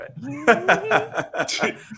right